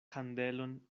kandelon